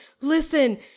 listen